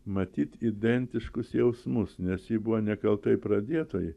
matyt identiškus jausmus nes ji buvo nekaltai pradėtajai